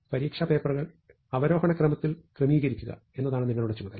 ഇവിടെ പരീക്ഷാ പേപ്പറുകൾ അവരോഹണ ക്രമത്തിൽ ക്രമീകരിക്കുക എന്നതാണ് നിങ്ങളുടെ ചുമതല